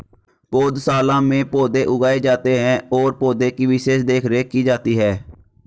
पौधशाला में पौधे उगाए जाते हैं और पौधे की विशेष देखरेख की जाती है